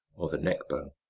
or the neckbone,